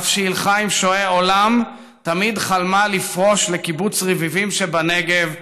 אף שהילכה עם שועי עולם תמיד חלמה לפרוש לקיבוץ רביבים שבנגב,